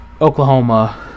Oklahoma